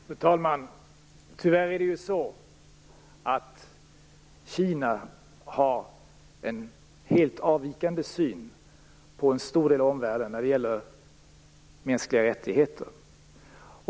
Fru talman! Tyvärr har Kina en från en stor del av omvärlden avvikande syn på mänskliga rättigheter.